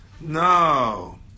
no